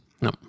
No